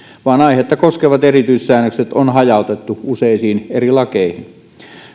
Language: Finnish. vaan aihetta koskevat erityissäännökset on hajautettu useisiin eri lakeihin